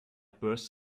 bursts